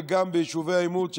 וגם ביישובי העימות,